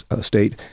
state